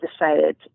decided